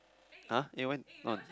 !huh! eh when on